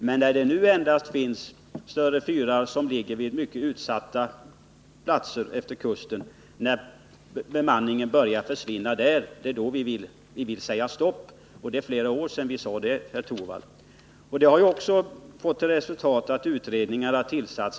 Men när nu bemanningen börjar försvinna även på större fyrar på mycket utsatta platser längs våra kuster vill vi säga stopp. Redan för flera år sedan sade vi det, herr Torwald. Detta har resulterat i att man tillsatt utredningar.